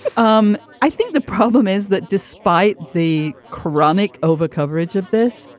um i think the problem is that despite the chronic overcoverage of this,